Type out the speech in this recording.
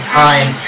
time